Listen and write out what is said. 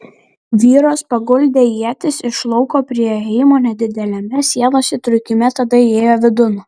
vyras paguldė ietis iš lauko prie įėjimo nedideliame sienos įtrūkime tada įėjo vidun